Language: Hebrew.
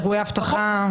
אירועי אבטחה.